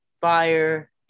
fire